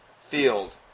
field